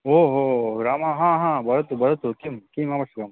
ओ हो रामाहाः वदतु वदतु किं किम् अवश्यकं